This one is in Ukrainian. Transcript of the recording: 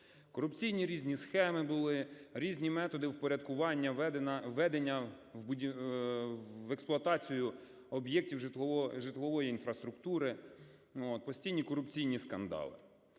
Корупційні різні схеми були, різні методи впорядкування введення в експлуатацію об'єктів житлової інфраструктури, постійні корупційні скандали.